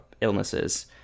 illnesses